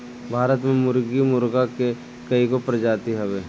भारत में मुर्गी मुर्गा के कइगो प्रजाति हवे